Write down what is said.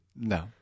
No